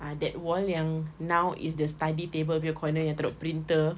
ah that wall yang now is the study table punya corner yang taruk printer